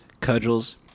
cudgels